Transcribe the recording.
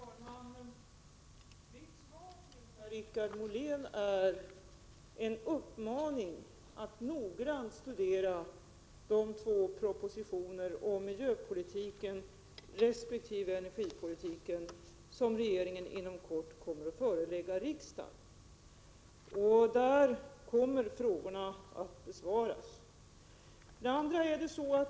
Herr talman! Mitt svar till Per-Richard Molén är en uppmaning till honom att noggrant studera de två propositioner om miljöpolitiken resp. energipolitiken som regeringen inom kort kommer att förelägga riksdagen. Där kommer frågorna att besvaras.